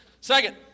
Second